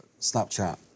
Snapchat